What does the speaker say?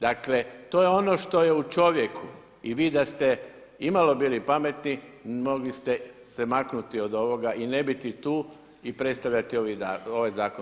Dakle to je ono što je u čovjeku i vi da ste imalo bili pametni mogli ste se maknuti od ovoga i ne biti tu i predstavljati ovaj zakon.